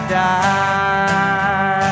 die